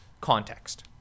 context